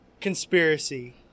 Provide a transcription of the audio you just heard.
conspiracy